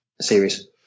series